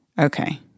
Okay